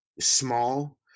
small